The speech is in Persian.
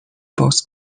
باز